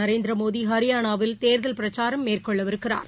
நரேந்திரமோடி ஹரியானாவில் தேர்தல் பிரச்சாரம் மேற்கொள்ளவிருக்கிறார்